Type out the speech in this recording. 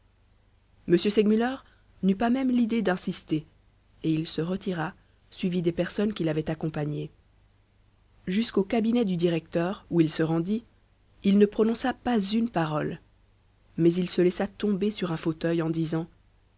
m segmuller n'eut pas même l'idée d'insister et il se retira suivi des personnes qui l'avaient accompagné jusqu'au cabinet du directeur où il se rendit il ne prononça pas une parole mais il se laissa tomber sur un fauteuil en